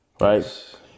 Right